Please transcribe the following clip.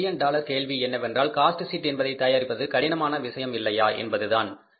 மற்றும் million dollar கேள்வி என்னவென்றால் காஸ்ட் ஷீட் என்பதை தயாரிப்பது கடினமான விஷயம் இல்லையா என்பதுதான்